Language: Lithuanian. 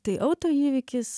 tai autoįvykis